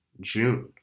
June